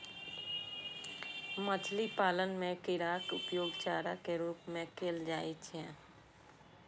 मछली पालन मे कीड़ाक उपयोग चारा के रूप मे कैल जाइ छै